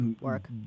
work